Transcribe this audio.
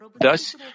Thus